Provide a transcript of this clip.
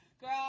girl